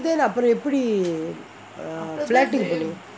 then அப்ரோ எப்டி:apro epdi flat